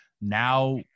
now